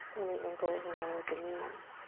and the ankles in line with the knees.